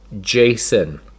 Jason